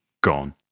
gone